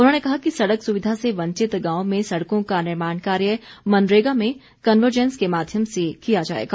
उन्होंने कहा कि सड़क सुविधा से वंचित गांवों में सड़कों का निर्माण कार्य मनरेगा में कनवरजेंस के माध्यम से किया जाएगा